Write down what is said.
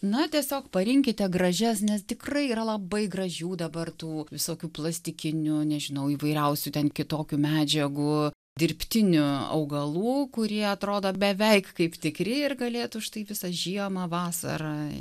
na tiesiog parinkite gražias nes tikrai yra labai gražių dabar tų visokių plastikinių nežinau įvairiausių ten kitokių medžiagų dirbtinių augalų kurie atrodo beveik kaip tikri ir galėtų štai visą žiemą vasarą